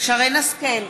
שרן השכל,